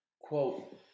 quote